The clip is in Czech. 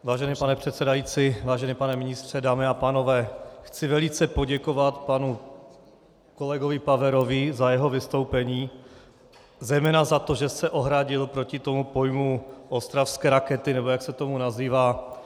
Vážený pane předsedající, vážený pane ministře, dámy a pánové, chci velice poděkovat panu kolegovi Paverovi za jeho vystoupení, zejména za to, že se ohradil proti tomu pojmu ostravské rakety, nebo jak se to nazývá.